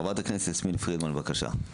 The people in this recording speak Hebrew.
חברת הכנסת יסמין פרידמן, בבקשה.